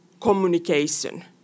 communication